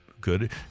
good